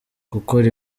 gukora